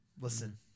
Listen